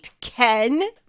Ken